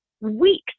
weeks